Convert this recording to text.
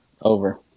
Over